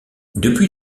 depuis